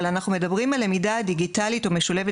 אבל אנחנו מדברים על למידה דיגיטלית או משולבת